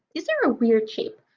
these are a weird shape.